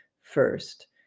first